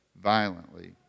violently